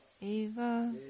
eva